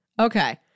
Okay